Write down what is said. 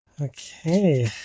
Okay